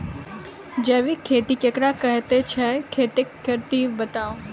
जैबिक खेती केकरा कहैत छै, खेतीक तरीका बताऊ?